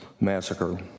massacre